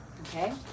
okay